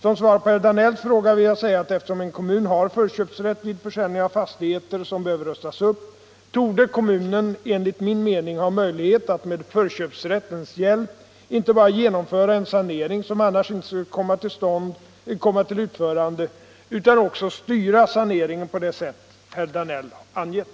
Som svar på herr Danells fråga vill jag säga att eftersom en kommun har förköpsrätt vid försäljning av fastigheter som behöver rustas upp torde kommunen enligt min mening ha möjlighet att med förköpsrättens hjälp inte bara genomföra en sanering som annars inte skulle komma till utförande utan också styra saneringen på det sätt herr Danell har angett.